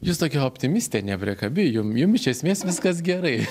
jūs tokia optimistė nepriekabi jum jum iš esmės viskas gerai